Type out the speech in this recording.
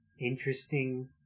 interesting